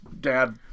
dad